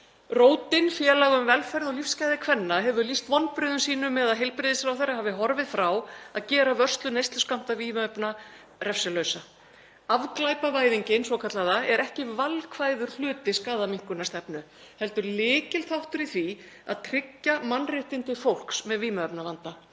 Rótin, félag um velferð og lífsgæði kvenna, hefur lýst vonbrigðum sínum með að heilbrigðisráðherra hafi horfið frá að gera vörslu neysluskammta vímuefna refsilausa. Afglæpavæðingin svokallaða er ekki valkvæður hluti skaðaminnkunarstefnu heldur lykilþáttur í því að tryggja mannréttindi fólks með vímuefnavanda.